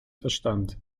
verstand